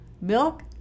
Milk